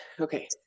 okay